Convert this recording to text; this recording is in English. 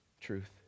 truth